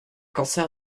cancer